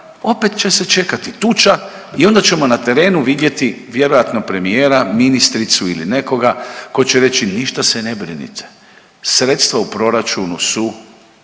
opet će se čekati tuča i onda ćemo na terenu vidjeti vjerojatno premijera, ministricu ili nekoga ko će reći ništa se ne brinite, sredstva u proračunu su